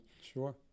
Sure